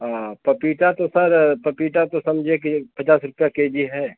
आ पपीता तो सर पपीता तो समझिए कि ये पचास रुपया केजी है